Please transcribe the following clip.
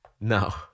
No